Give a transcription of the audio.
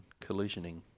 collisioning